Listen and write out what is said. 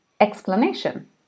explanation